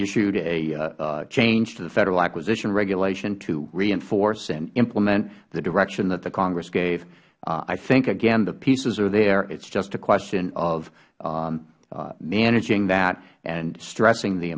issued a change to the federal acquisition regulation to reinforce and implement the direction that the congress gave i think again the pieces are there it is just a question of managing that and stressing the